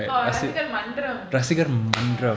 oh ரசிகர்:rasikar ya